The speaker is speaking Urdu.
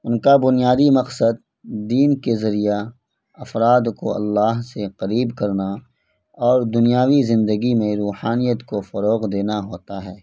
ان کا بنیادی مقصد دین کے ذریعہ افراد کو اللہ سے قریب کرنا اور دنیاوی زندگی میں روحانیت کو فروغ دینا ہوتا ہے